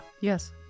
Yes